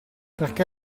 perché